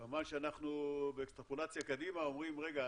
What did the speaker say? כמובן שאנחנו באקסטרפולציה קדימה אומרים רגע,